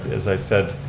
as i said,